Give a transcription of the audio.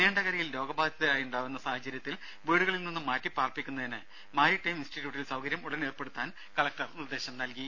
നീണ്ടകരയിൽ രോഗബാധിതരുണ്ടാവുന്ന സാഹചര്യത്തിൽ വീടുകളിൽ നിന്നും മാറ്റി പാർപ്പിക്കുന്നതിന് മാരിടൈം ഇൻസ്റ്റിറ്റ്യൂട്ടിൽ സൌകര്യം ഉടൻ ഏർപ്പെടുത്താൻ കലക്ടർ നിർദേശം നൽകി